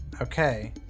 Okay